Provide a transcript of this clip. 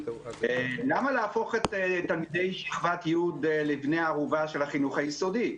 למה להפוך את תלמידי שכבת י' לבני ערובה של החינוך היסודי?